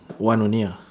one only ah